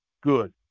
good